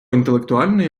інтелектуальної